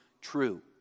true